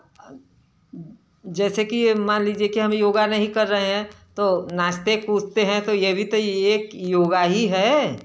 जैसे कि मान लीजिए हम योग नहीं कर रहे हैं तो नाचते हैं कूदते हैं तो यह भी तो एक योग ही है